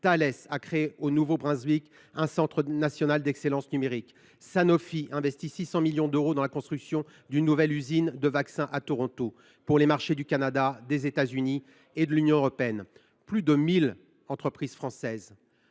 Thales a créé au Nouveau Brunswick un centre national d’excellence numérique. Sanofi investit 600 millions d’euros dans la construction d’une nouvelle usine de vaccins à Toronto, pour les marchés du Canada, des États Unis et de l’Union européenne. » Et ça ne s’arrêtera pas